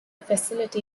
facility